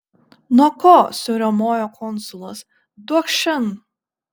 nuo ko suriaumojo konsulas duokš šen